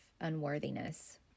unworthiness